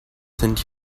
sind